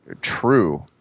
True